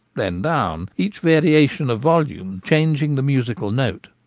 then down each variation of volume changing the musical note.